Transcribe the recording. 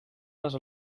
les